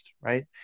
Right